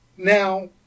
Now